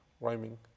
rhyming